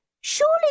Surely